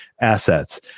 assets